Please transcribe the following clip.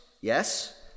yes